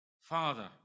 Father